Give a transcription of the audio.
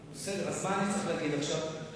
אז מה אני צריך להגיד עכשיו?